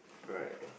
alright